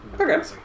Okay